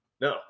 no